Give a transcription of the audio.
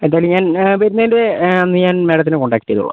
എന്തായാലും ഞാൻ വരുന്നതിൻ്റെ അന്ന് ഞാൻ മാഡത്തിനെ കോൺടാക്ട് ചെയ്തുകൊളളാം